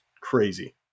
crazy